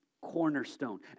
cornerstone